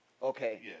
Okay